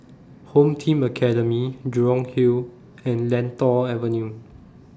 Home Team Academy Jurong Hill and Lentor Avenue